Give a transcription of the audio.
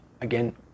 again